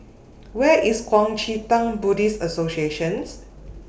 Where IS Kuang Chee Tng Buddhist Association